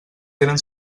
tenen